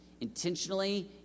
Intentionally